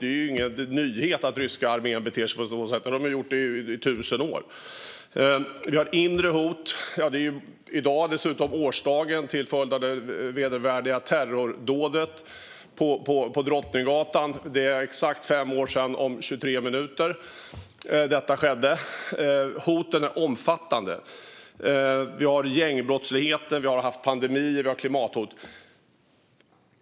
Det är ingen nyhet att den ryska armén beter sig på ett sådant sätt - det har man gjort i tusen år. Vi har inre hot. I dag är det årsdagen av det vedervärdiga terrordådet på Drottninggatan; det är om 23 minuter exakt fem år sedan det skedde. Hoten är omfattande. Vi har gängbrottsligheten, vi har haft pandemi och vi har klimathot.